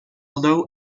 low